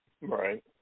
Right